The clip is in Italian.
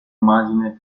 immagine